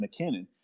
McKinnon